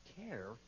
care